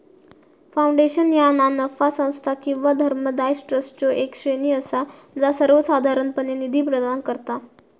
foundation ह्या ना नफा संस्था किंवा धर्मादाय ट्रस्टचो येक श्रेणी असा जा सर्वोसाधारणपणे निधी प्रदान करता